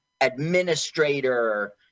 administrator